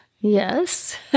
Yes